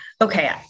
okay